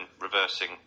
reversing